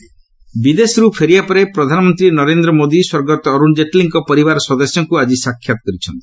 PM Jaitley ବିଦେଶରୁ ଫେରିବା ପରେ ପ୍ରଧାନମନ୍ତ୍ରୀ ନରେନ୍ଦ୍ର ମୋଦି ସ୍ୱର୍ଗତ ଅରୁଣ ଜେଟ୍ଲୀଙ୍କ ପରିବାର ସଦସ୍ୟଙ୍କୁ ଆଜି ସାକ୍ଷାତ୍ କରିଛନ୍ତି